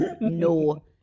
No